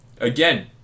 again